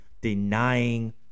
denying